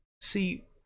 See